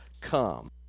come